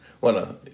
Bueno